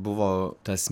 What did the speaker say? buvo tas